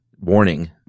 warning